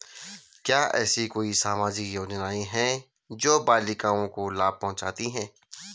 क्या ऐसी कोई सामाजिक योजनाएँ हैं जो बालिकाओं को लाभ पहुँचाती हैं?